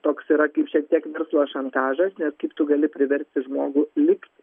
toks yra kaip šiek tiek verslo šantažas nes kaip tu gali priversti žmogų likti